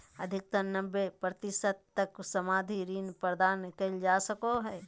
अधिकतम नब्बे प्रतिशत तक सावधि ऋण प्रदान कइल जा सको हइ